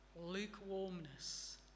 lukewarmness